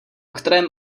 kterém